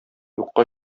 юкка